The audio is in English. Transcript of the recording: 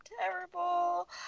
terrible